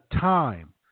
time